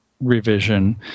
revision